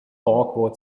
awkward